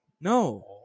No